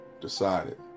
decided